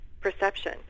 perception